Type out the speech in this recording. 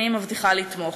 אני מבטיחה לתמוך.